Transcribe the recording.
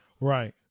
Right